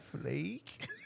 flake